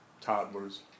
toddlers